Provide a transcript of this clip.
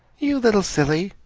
you little silly!